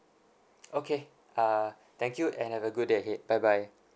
okay uh thank you and have a good day ahead bye bye